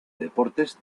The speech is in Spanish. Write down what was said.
deportes